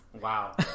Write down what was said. wow